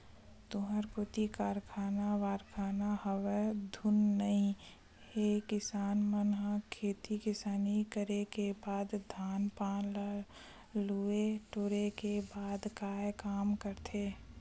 तुँहर कोती कारखाना वरखाना हवय धुन नइ हे किसान मन ह खेती किसानी करे के बाद धान पान ल लुए टोरे के बाद काय काम करथे?